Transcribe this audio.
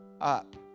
up